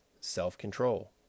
self-control